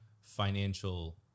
financial